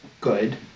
good